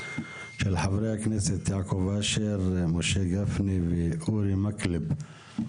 של חברי הכנסת יעקב אשר, משה גפני ואורי מקלב.